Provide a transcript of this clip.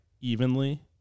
evenly